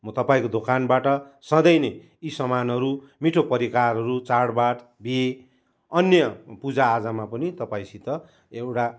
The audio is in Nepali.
म तपाईँको दोकानबाट सधैँ नै यी सामानहरू मिठो परिकारहरू चाडबाड बिहे अन्य पूजाआजामा पनि तपाईँसित एउटा